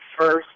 first